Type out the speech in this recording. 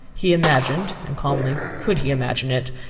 he imagined, and calmly could he imagine it,